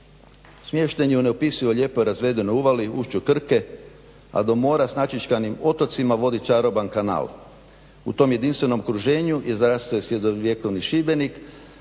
Smješten je u neopisivo lijepoj razvedenoj uvali, ušću Krke, a do mora s načičkanim otocima vodi čaroban kanal. U tom jedinstvenom okruženju izrastao je srednjovjekovni Šibenik